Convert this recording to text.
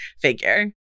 figure